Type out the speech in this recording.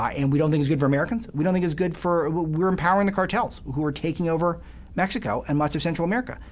ah and we don't think it's good for americans we don't think it's good for we're empowering the cartels who are taking over mexico and much of central america.